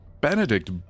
Benedict